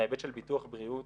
בהיבט של ביטוח בריאות,